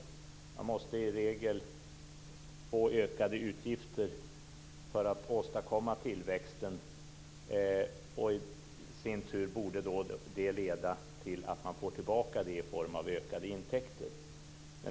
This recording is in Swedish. I regel måste man få ökade utgifter för att åstadkomma tillväxten, och det borde i sin tur leda till att man får tillbaka det i form av ökade intäkter.